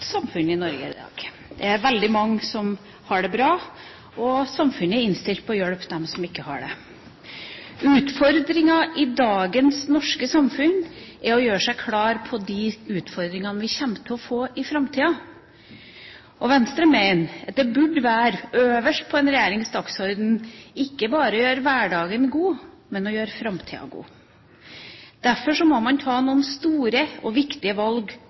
samfunnet er innstilt på å hjelpe dem som ikke har det bra. Utfordringen i dagens norske samfunn er å bli klar over de utfordringene vi kommer til å få i framtida. Venstre mener at det burde vært øverst på en regjerings dagsorden ikke bare å gjøre hverdagen god, men å gjøre framtida god. Derfor må man ta noen store og viktige valg,